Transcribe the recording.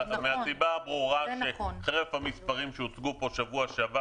מהסיבה הברורה שחרף המספרים שהוצגו פה שבוע שעבר